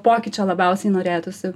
pokyčio labiausiai norėtųsi